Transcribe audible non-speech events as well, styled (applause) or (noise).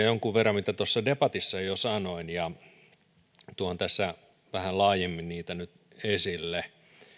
(unintelligible) jonkun verran epäselvyyksiä mitä tuossa debatissa jo sanoin ja tuon tässä vähän laajemmin niitä nyt esille